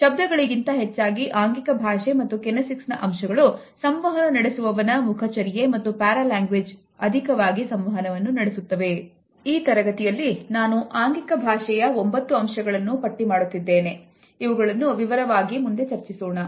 ಈ ತರಗತಿಯಲ್ಲಿ ನಾನು ಆಂಗಿಕ ಭಾಷೆಯ 9 ಅಂಶಗಳನ್ನು ಪಟ್ಟಿ ಮಾಡುತ್ತಿದ್ದೇನೆ ಇವುಗಳನ್ನು ವಿವರವಾಗಿ ಮುಂದೆ ಚರ್ಚಿಸೋಣ